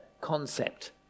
concept